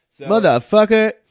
Motherfucker